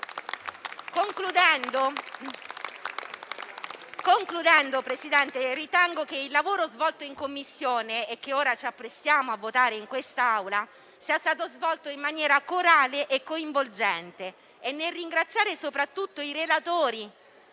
conclusione, ritengo che il lavoro svolto in Commissione e che ora ci apprestiamo a votare in quest'Aula sia stato svolto in maniera corale e coinvolgente. Nel ringraziare soprattutto entrambi